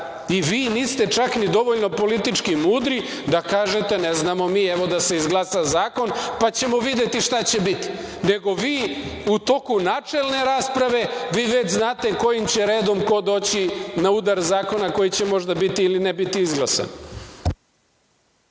Vi niste čak ni dovoljno politički mudri da kažete – ne znamo mi, evo da se izglasa zakon pa ćemo videti šta će biti. Nego, vi u toku načelne rasprave, vi već znate kojim će redom ko doći na udar zakona koji će možda biti ili ne biti izglasan.